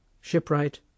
Shipwright